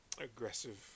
aggressive